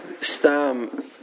stam